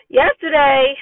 yesterday